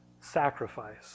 sacrifice